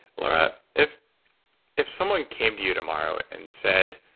laura, if if someone came to you tomorrow and said,